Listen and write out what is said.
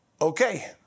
okay